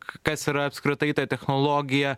kas yra apskritai ta technologija